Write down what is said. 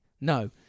No